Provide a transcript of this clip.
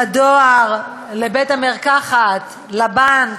לדואר, לבית-המרקחת, לבנק,